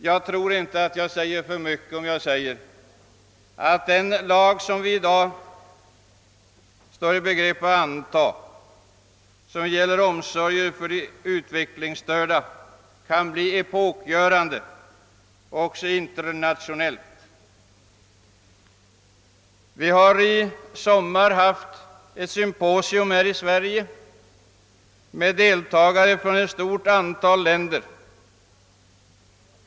Jag tror inte jag överdriver när jag säger att den lag som vi i dag står i begrepp att anta beträffande omsorgen för utvecklingsstörda kan bli epokgörande, även internationellt sett. Vi har i sommar haft ett symposium här i Sverige med deltagare från ett stort antal länder.